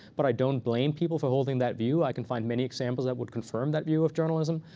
but i don't blame people for holding that view. i can find many examples that would confirm that view of journalism.